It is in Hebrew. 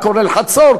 כולל חצור,